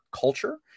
culture